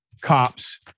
Cops